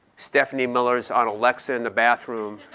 stephanie miller's on alexa in the bathroom.